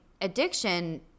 addiction